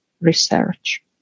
research